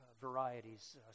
varieties